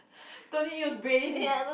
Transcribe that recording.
don't need use brain